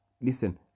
listen